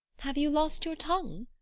have you lost your tongue?